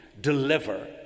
deliver